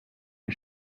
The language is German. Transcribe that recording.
die